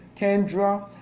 Kendra